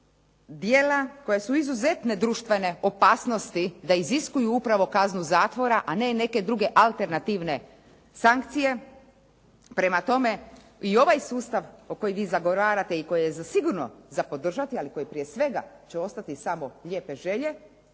djela koja su izuzetne društvene opasnosti da iziskuju upravo kaznu zatvora, a ne i neke druge alternativne sankcije. Prema tome, i ovaj sustav koji vi zagovarate i koji je sigurno za podržati, ali koji prije svega će ostati samo lijepe želje